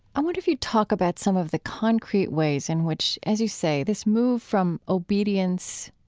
i wonder if you'd talk about some of the concrete ways in which, as you say, this move from obedience,